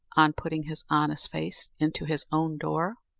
on putting his honest face into his own door.